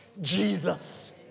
Jesus